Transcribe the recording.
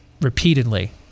Repeatedly